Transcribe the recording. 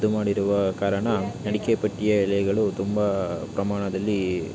ರದ್ದು ಮಾಡಿರುವ ಕಾರಣ ಅಡಿಕೆ ಪಟ್ಟಿಯ ಎಲೆಗಳು ತುಂಬ ಪ್ರಮಾಣದಲ್ಲಿ